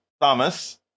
Thomas